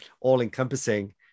all-encompassing